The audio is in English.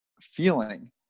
feeling